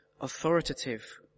authoritative